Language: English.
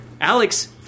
Alex